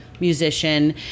musician